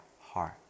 heart